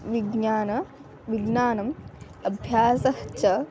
विज्ञानं विज्ञानम् अभ्यासः च